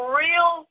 real